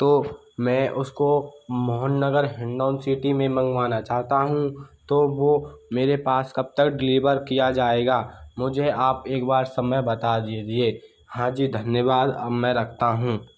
तो मैं उसको मोहन नगर हिंडौन सिटी में मंगवाना चाहता हूँ तो वह मेरे पास कब तक डिलिवर किया जायेगा मुझे आप एक बार समय बता दीजिए हाँ जी धन्यवाद अब मैं रखता हूँ